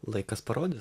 laikas parodys